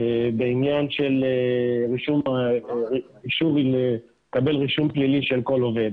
בעניין קבלת רישום פלילי של כל עובד.